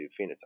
phenotype